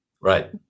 Right